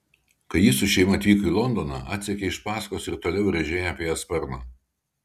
kai ji su šeima atvyko į londoną atsekei iš paskos ir toliau rėžei apie ją sparną